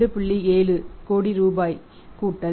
70 கோடி ரூபாய் 0